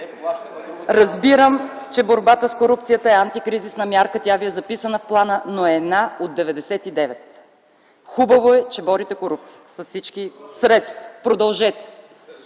Разбирам, че борбата с корупцията е антикризисна мярка. Тя Ви е записана в плана, но е една от 99. Хубаво е, че борите корупцията с всички средства. Продължете!